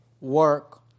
work